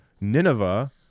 Nineveh